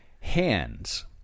Hands